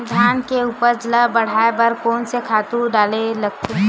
धान के उपज ल बढ़ाये बर कोन से खातु डारेल लगथे?